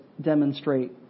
demonstrate